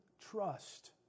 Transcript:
trust